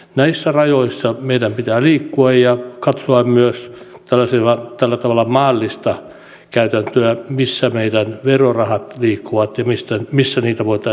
näissä rajoissa meidän pitää liikkua ja katsoa myös tällä tavalla maallista käytäntöä missä meidän verorahamme liikkuvat ja missä niitä voitaisiin säästää